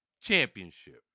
championship